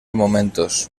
momentos